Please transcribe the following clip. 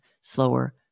slower